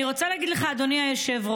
אני רוצה להגיד לך, אדוני היושב-ראש,